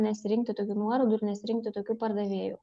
nesirinkti tokių nuorodų ir nesirinkti tokių pardavėjų